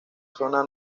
zona